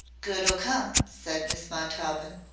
good ll come, said miss montaubyn.